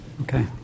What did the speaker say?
Okay